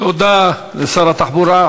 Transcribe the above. תודה לשר התחבורה.